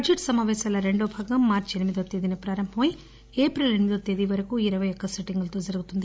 budget సమాపేశాల రెండవ భాగం మార్చి ఎనిమిదివ తేదీన ప్రారంభమె ఏప్రిల్ ఎనిమిదివ తేదీ వరకు ఇరవై ఒక్క సిట్టింగులతో జరుగుతుంది